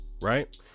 right